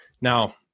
Now